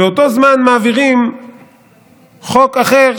באותו זמן מעבירים חוק אחר,